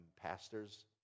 pastors